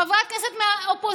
חברת כנסת מהאופוזיציה,